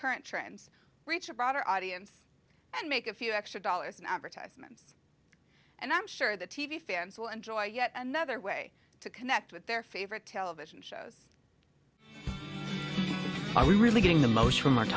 current trends reach a broader audience and make a few extra dollars in advertisements and i'm sure the t v fans will enjoy yet another way to connect with their favorite television shows are we really getting the most from o